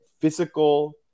physical